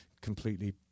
completely